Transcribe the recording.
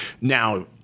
Now